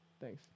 thanks